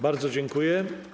Bardzo dziękuję.